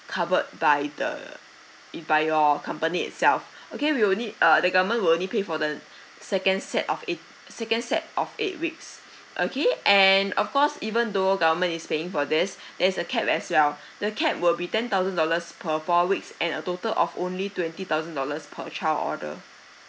covered by the it by your company itself okay we only uh the government will only pay for the second set of eight second set of eight weeks okay and of course even though government is paying for this there is a capped as well the capped will be ten thousand dollars per four weeks and a total of only twenty thousand dollars per child order